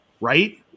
right